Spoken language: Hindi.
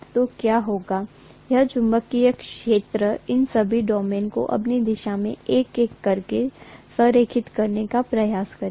तो क्या होगा यह चुंबकीय क्षेत्र इन सभी डोमेन को अपनी दिशा में एक एक करके संरेखित करने का प्रयास करेगा